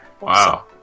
Wow